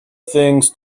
things